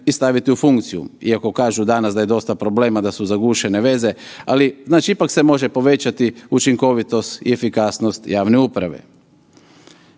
i staviti u funkciju iako kažu danas da je dosta problema, da su zagušene veze, ali, znači ipak se može povećati učinkovitost i efikasnost javne uprave.